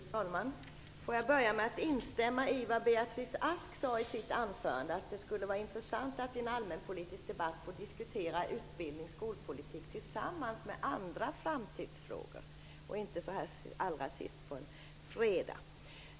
Fru talman! Får jag börja med att instämma i vad Beatrice Ask sade i sitt anförande, att det skulle vara intressant att i en allmänpolitisk debatt få diskutera utbildning och skolpolitik tillsammans med andra framtidsfrågor och inte allra sist på en fredag.